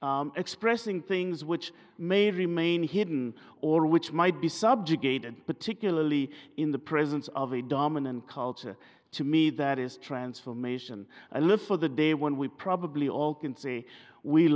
expressing things which may remain hidden or which might be subjugated particularly in the presence of a dominant culture to me that is transformation and live for the day when we probably all can say we